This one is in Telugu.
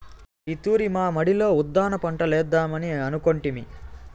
ఈ తూరి మా మడిలో ఉద్దాన పంటలేద్దామని అనుకొంటిమి